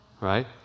right